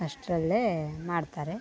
ಅಷ್ಟರಲ್ಲೇ ಮಾಡ್ತಾರೆ